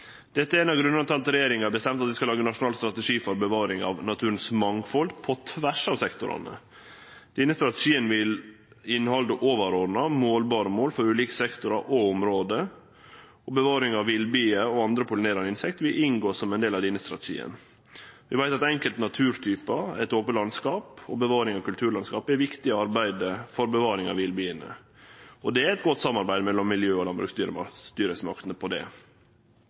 Dette er ein av grunnane til at regjeringa har bestemt at det skal lagast ein nasjonal strategi for bevaring av mangfaldet i naturen, på tvers av sektorane. Denne strategien vil innehalde overordna, målbare mål for ulike sektorar og område. Bevaring av villbier og andre pollinerande insekt vil inngå som ein del av denne strategien. Vi veit at enkelte naturtypar, eit ope landskap og bevaring av kulturlandskapet er viktig i arbeidet for bevaring av villbiene. Det er eit godt samarbeid mellom miljø- og landbruksstyresmaktene om det.